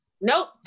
nope